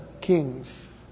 kings